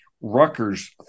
Rutgers